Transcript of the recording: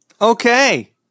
Okay